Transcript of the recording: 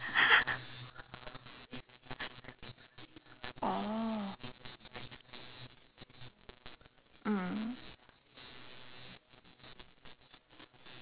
oh mm